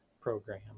program